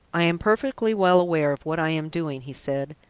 i am perfectly well aware of what i am doing, he said.